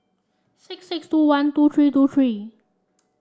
six six two one two three two three